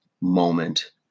moment